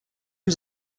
was